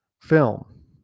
film